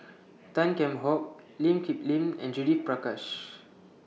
Tan Kheam Hock Lee Kip Lin and Judith Prakash